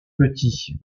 petit